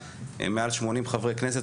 מעל 80 חברי כנסת.